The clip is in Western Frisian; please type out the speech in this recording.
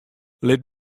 lit